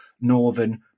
northern